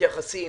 מתייחסים